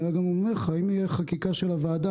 אני אומר לך שאם תהיה חקיקה של הוועדה,